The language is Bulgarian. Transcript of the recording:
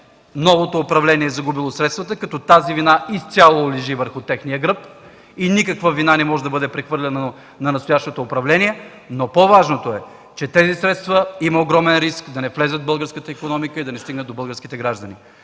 новото управление е загърбило средствата, като тази вина изцяло лежи върху техния гръб и никаква вина не може да бъде прехвърлена на настоящото управление. Но по-важното е, че има огромен риск тези средства да не влязат в българската икономика и да не стигнат до българските граждани.